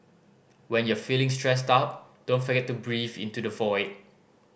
when you are feeling stressed out don't forget to breathe into the void